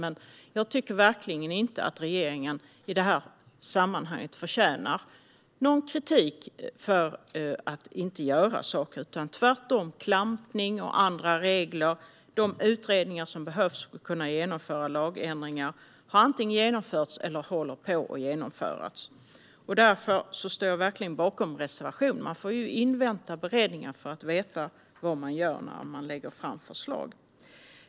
Men jag tycker verkligen inte att regeringen i detta sammanhang förtjänar någon kritik för att inte göra saker - tvärtom. När det gäller klampning och andra regler har de utredningar som behövs för att man ska kunna genomföra lagändringar genomförts eller så håller de på att genomföras. Därför står jag verkligen bakom reservationen. Man får ju invänta beredningen för att veta vad man gör när man lägger fram förslag.